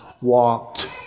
walked